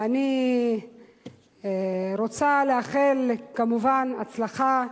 אני רוצה לאחל, כמובן, הצלחה,